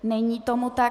Není tomu tak.